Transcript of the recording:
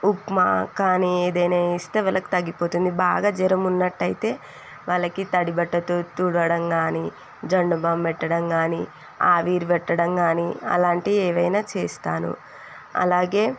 ఉప్మా కానీ ఏదైనా ఇస్తే వాళ్ళకు తగ్గిపోతుంది బాగా జ్వరం ఉన్నట్టయితే వాళ్ళకి తడి బట్టతో తుడవడం కానీ జండు బామ్ పెట్టడం కానీ ఆవిరి పెట్టడం కానీ అలాంటివి ఏవైనా చేస్తాను అలాగే